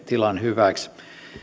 tilan hyväksi